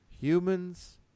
Humans